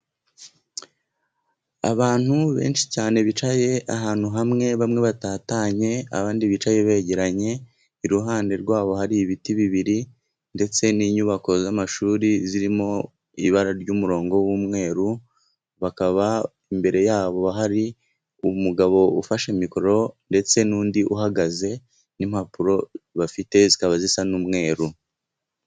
Abantu benshi cyane bicaye ahantu hamwe bamwe batatanye, abandi bicaye begeranye, iruhande rwabo hari ibiti bibiri, ndetse n'inyubako z'amashuri zirimo ibara ry'umurongo w'umweru, bakaba imbere yabo hari umugabo ufashe mikoro, ndetse n'undi uhagaze, n'impapuro bafite zikaba zisa n'umweru.